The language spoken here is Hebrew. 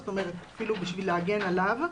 זאת אומרת אפילו בשביל להגן עליו.